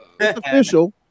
official